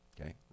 Okay